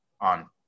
on